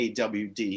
AWD